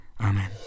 Amen